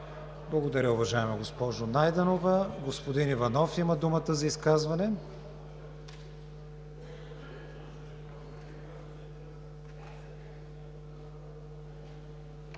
Благодаря, уважаема госпожо Найденова. Господин Иванов има думата за изказване.